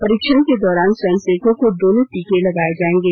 परीक्षण के दौरान स्वयंसेवकों को दोनों टीके लगांए जाएंगे